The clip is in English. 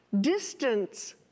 Distance